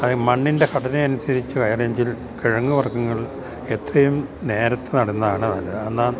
മണ്ണിൻ്റെ ഘടനയനുസരിച്ച് ഹൈറേഞ്ചിൽ കിഴങ്ങു വർഗ്ഗങ്ങൾ എത്രയും നേരത്തെ നടുന്നതാണു നല്ലത് എന്നാൽ